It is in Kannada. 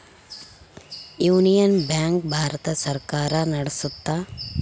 ಯೂನಿಯನ್ ಬ್ಯಾಂಕ್ ಭಾರತ ಸರ್ಕಾರ ನಡ್ಸುತ್ತ